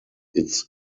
its